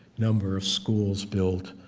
number of schools built,